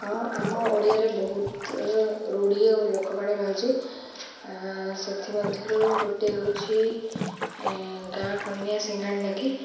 ହଁ ଆମ ଓଡ଼ିଆରେ ବହୁତ ରୂଢ଼ି ଓ ଲୋକବା ରହିଛି ସେଥିମଧ୍ୟରୁ ଗୋଟିଏ ହେଉଛି ଗାଁ କନିଆଁ ସିଙ୍ଗାଣି ନାକି